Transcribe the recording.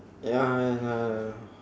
ya I uh